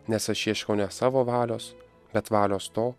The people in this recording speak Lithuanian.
nes aš ieškau ne savo valios bet valios to